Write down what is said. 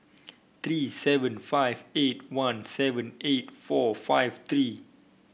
three seven five eight one seven eight four five three